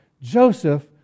Joseph